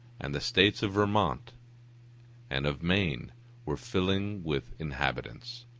and the states of vermont and of maine were filling with inhabitants.